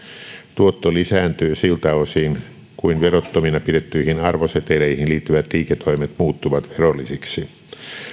tuotto lisääntyy siltä osin kuin verottomina pidettyihin arvoseteleihin liittyvät liiketoimet muuttuvat verollisiksi